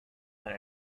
than